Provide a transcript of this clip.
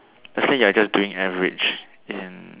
let's say you're just doing average in